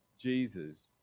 Jesus